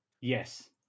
Yes